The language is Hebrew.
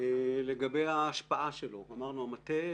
לגבי ההשפעה שלו אמרנו שהמטה,